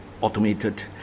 automated